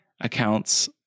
accounts